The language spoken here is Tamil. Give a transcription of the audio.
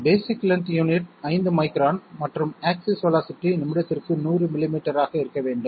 பேஸிக் லென்த் யூனிட் 5 மைக்ரான் மற்றும் ஆக்ஸிஸ் வேலோஸிட்டி நிமிடத்திற்கு 100 மில்லிமீட்டராக இருக்க வேண்டும்